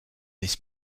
this